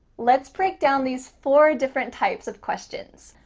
let's break down these four different types of questions.